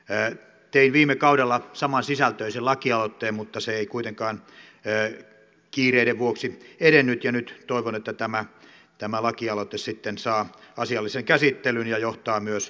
tein viime kaudella samansisältöisen lakialoitteen mutta se ei kuitenkaan kiireiden vuoksi edennyt ja nyt toivon että tämä lakialoite sitten saa asiallisen käsittelyn ja johtaa myös lain muutokseen